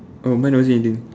um mine never say anything